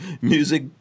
music